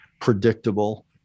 predictable